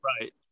Right